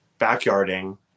backyarding